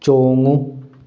ꯆꯣꯡꯉꯨ